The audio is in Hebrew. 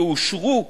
יאושרו,